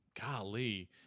golly